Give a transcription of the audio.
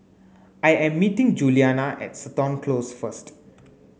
I am meeting Juliana at Seton Close first